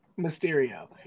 Mysterio